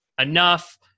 enough